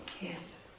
Yes